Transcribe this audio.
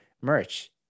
merch